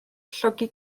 llogi